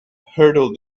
hurdle